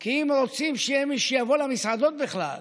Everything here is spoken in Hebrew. כי אם רוצים שיהיה מי שיבוא למסעדות בכלל,